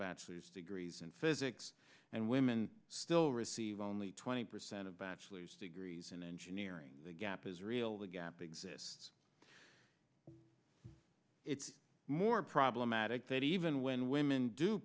bachelor's degrees in physics and women still receive only twenty percent of bachelor's degrees in engineering the gap is real the gap exists it's more problematic that even when women do